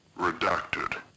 Redacted